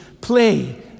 Play